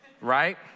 Right